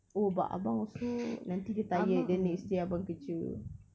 oh but abang also nanti dia tired the next day abang kerja